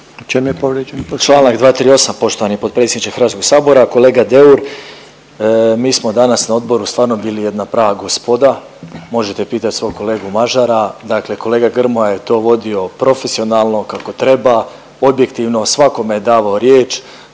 čem je povrijeđen